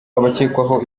abakekwaho